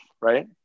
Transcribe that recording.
right